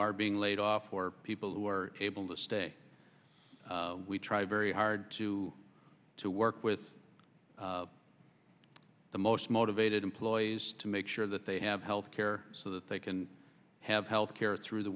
are being laid off or people who are able to stay we try very hard to to work with the most motivated employees to make sure that they have health care so that they can have health care through the